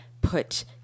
put